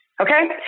Okay